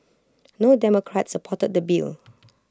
no democrats supported the bill